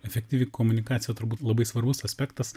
efektyvi komunikacija turbūt labai svarbus aspektas